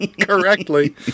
correctly